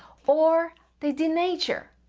or they denature.